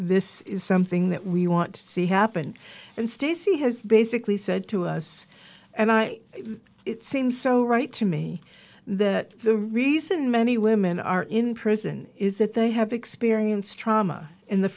this is something that we want to see happen and stacy has basically said to us and i seem so right to me that the reason many women are in prison is that they have experienced trauma in the